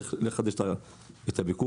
צריך לחדש את הפיקוח.